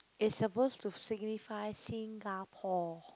is supposed to signify Singapore